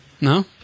No